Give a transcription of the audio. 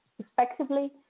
respectively